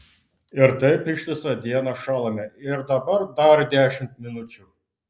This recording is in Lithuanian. ir taip ištisą dieną šąlame ir dabar dar dešimt minučių